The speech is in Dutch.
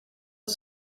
het